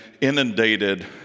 inundated